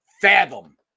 fathom